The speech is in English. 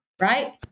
right